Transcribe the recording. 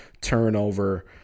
turnover